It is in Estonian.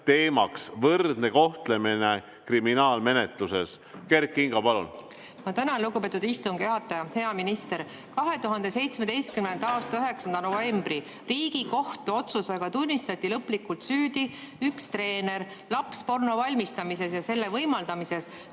teema on võrdne kohtlemine kriminaalmenetlustes. Kert Kingo, palun! Ma tänan, lugupeetud istungi juhataja! Hea minister! 2017. aasta 9. novembri Riigikohtu otsusega tunnistati lõplikult süüdi üks treener lapsporno valmistamises ja selle võimaldamises,